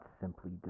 simply